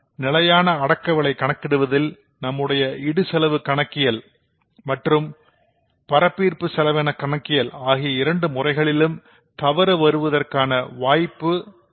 ஆனால் நிலையான அடக்கவிலை கணக்கிடுவதில் நம்முடைய இடுசெலவு கணக்கியல் மற்றும் அப்சர்ப்ஷன் காஸ்டிங் கணக்கியல் ஆகிய இரண்டு முறைகளிலும் தவறு வருவதற்கான வாய்ப்பு வருவதற்கான வாய்ப்பு உள்ளது